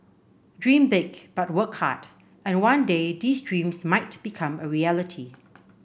dream big but work hard and one day these dreams might become a reality